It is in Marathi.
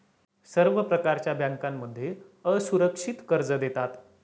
सर्व प्रकारच्या बँकांमध्ये असुरक्षित कर्ज देतात